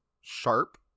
sharp